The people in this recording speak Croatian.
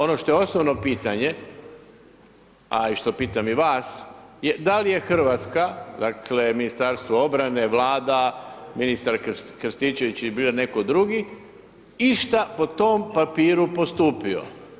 Ono što je osnovno pitanje, a i što pitam i vas je, dal' je Hrvatska, dakle, Ministarstvo obrane, Vlada, ministar Krstičević, ili bilo ne'ko drugi, išta po tom papiru postupio.